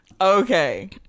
okay